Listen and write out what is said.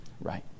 right